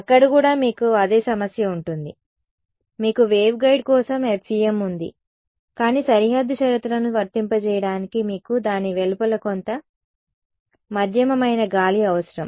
అక్కడ కూడా మీకు అదే సమస్య ఉంటుంది మీకు వేవ్ గైడ్ కోసం FEM ఉంది కానీ సరిహద్దు షరతులను వర్తింపజేయడానికి మీకు దాని వెలుపల కొంత మద్యమమైన గాలి అవసరం